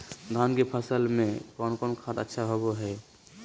धान की फ़सल में कौन कौन खाद अच्छा होबो हाय?